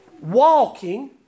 walking